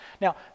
Now